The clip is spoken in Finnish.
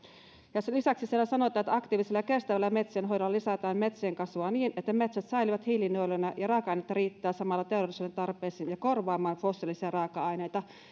lisäksi siellä sanotaan että aktiivisella ja kestävällä metsienhoidolla lisätään metsien kasvua niin että metsät säilyvät hiilinieluina ja raaka ainetta riittää samalla teollisuuden tarpeisiin ja korvaamaan fossiilisia raaka aineita